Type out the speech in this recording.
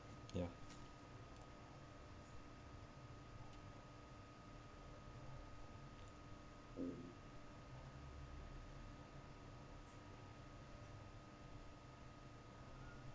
ya